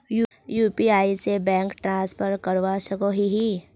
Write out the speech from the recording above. UPI से bank transfer करवा सकोहो ही?